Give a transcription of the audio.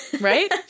Right